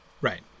Right